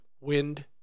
wind